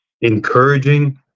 encouraging